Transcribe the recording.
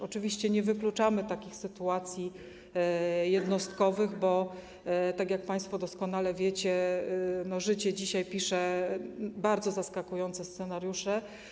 Oczywiście nie wykluczamy takich sytuacji jednostkowych, bo tak jak państwo doskonale wiecie, życie dzisiaj pisze bardzo zaskakujące scenariusze.